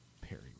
Perry